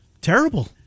Terrible